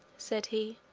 said he,